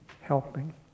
helping